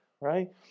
right